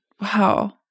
Wow